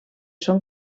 són